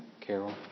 Carol